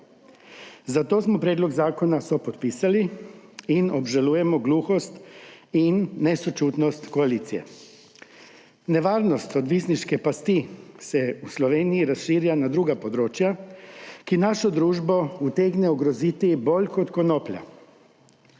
Zato smo predlog zakona sopodpisali in obžalujemo gluhost in nesočutnost koalicije. Nevarnost odvisniške pasti se v Sloveniji razširja na druga področja, ki našo družbo utegnejo ogroziti bolj kot konoplja.